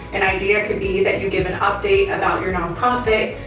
an idea could be that you give an update about your nonprofit,